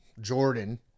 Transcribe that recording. Jordan